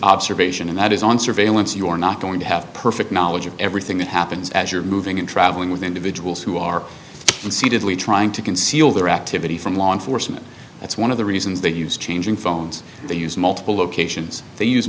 observation and that is on surveillance you are not going to have perfect knowledge of everything that happens as you're moving in traveling with individuals who are concededly trying to conceal their activity from law enforcement that's one of the reasons they use changing phones they use multiple locations they use